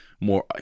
more